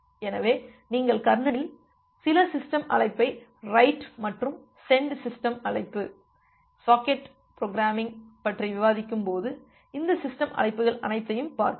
எனவே நீங்கள் கர்னலில் சில சிஸ்டம் அழைப்பை ரைட்write மற்றும் சென்டு send சிஸ்டம் அழைப்பு சாக்கெட் ப்ரோக்ராமிங்கை பற்றி விவாதிக்கும் போது இந்த சிஸ்டம் அழைப்புகள் அனைத்தையும் பார்ப்போம்